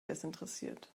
desinteressiert